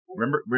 Remember